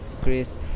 Chris